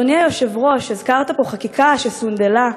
ואדוני היושב-ראש, הזכרת פה חקיקה שסונדלה.